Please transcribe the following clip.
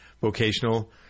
vocational